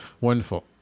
wonderful